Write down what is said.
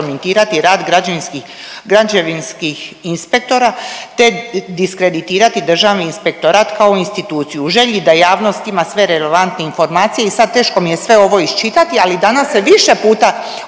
građevinskih inspektora, te diskreditirati Državni inspektorat kao instituciju. U želji da javnost ima sve relevantne informacije i sad teško mi je sve ovo iščitati, ali danas se više puta o tome